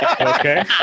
Okay